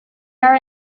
are